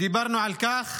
דיברנו על כך